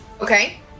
Okay